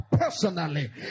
Personally